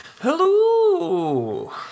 Hello